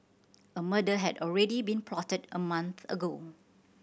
a murder had already been plotted a month ago